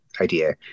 idea